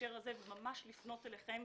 בהקשר הזה, ממש לפנות אליכם: